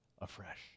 afresh